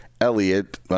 Elliot